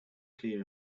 clear